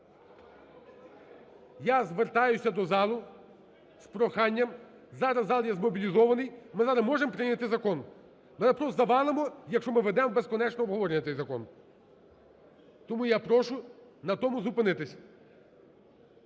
Я звертаюся до залу з проханням. Зараз зал є змобілізований, ми зараз можемо прийняти закон. Ми просто завалимо, якщо ми введемо в безконечне обговорення цей закон. Тому я прошу на тому зупинитися.